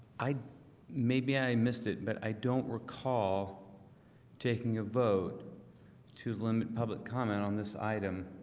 i maybe i missed it, but i don't recall taking a vote to limit public comment on this item